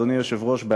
אדוני היושב-ראש,